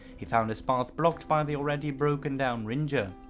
he found his path blocked by and the already broken down ringer.